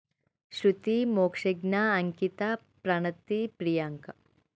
Shruti Mokshagna Ankita Pranathi Priyanka